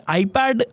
iPad